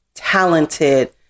Talented